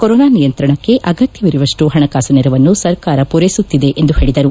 corona ನಿಯಂತ್ರಣಕ್ಕೆ ಅಗತ್ಯವಿರುವಷ್ಟು ಪಣಕಾಸು ನೆರವನ್ನು ಸರಕಾರ ಪೂರೈಸುತ್ತಿದೆ ಎಂದು ಪೇಳದರು